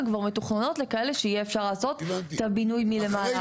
הן כבר מתוכננות ככאלה שיהיה אפשר לעשות את הבינוי מלמעלה.